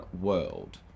world